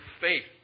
faith